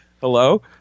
Hello